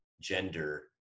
gender